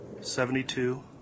seventy-two